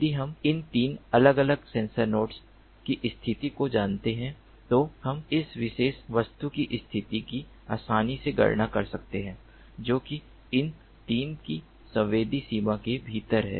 यदि हम इन 3 अलग अलग सेंसर नोड्स की स्थिति को जानते हैं तो हम इस विशेष वस्तु की स्थिति की आसानी से गणना कर सकते हैं जो कि इन 3 की संवेदी सीमा के भीतर है